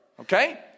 okay